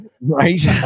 Right